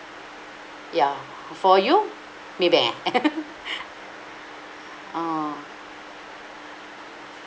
ya for you MAYBANK eh oh